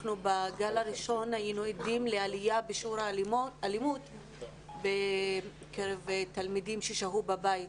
בגל הראשון היינו עדים לעלייה בשיעור האלימות בקרב תלמידים ששהו בבית,